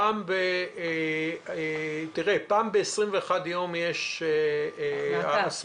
פעם ב-21 יום יש הסמכה,